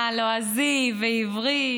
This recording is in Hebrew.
לועזי ועברי.